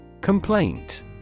Complaint